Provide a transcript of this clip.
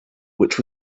which